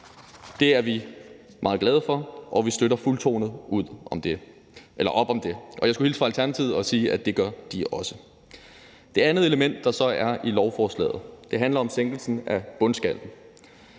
Det er vi meget glade for, og vi støtter fuldtonet op om det. Og jeg skulle hilse fra Alternativet og sige, at det gør de også. Det andet element, der er i lovforslaget, handler om sænkelsen af bundskatten.